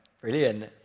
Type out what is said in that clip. Brilliant